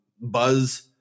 buzz